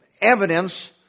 evidence